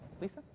Lisa